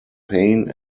payne